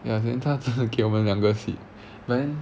ya then 他真的给我们两个 seat but then